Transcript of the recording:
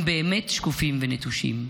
הם באמת שקופים ונטושים,